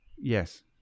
yes